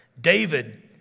David